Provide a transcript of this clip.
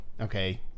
okay